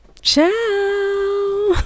Ciao